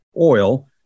oil